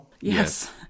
Yes